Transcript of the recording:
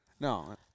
No